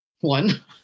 one